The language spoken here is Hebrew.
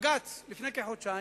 מלפני חודשיים,